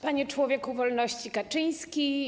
Panie Człowieku Wolności Kaczyński!